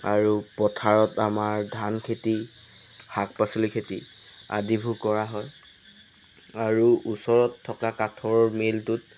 আৰু পথাৰত আমাৰ ধান খেতি শাক পাচলি খেতি আদিবোৰ কৰা হয় আৰু ওচৰত থকা কাঠৰ মিলটোত